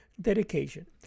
Dedication